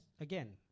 again